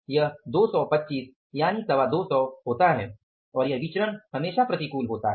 यह 225 होता है और यह विचरण हमेशा प्रतिकूल होता है